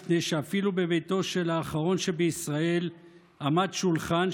מפני שאפילו בביתו של האחרון שבישראל עמד שולחן,